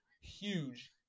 huge